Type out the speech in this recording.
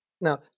Now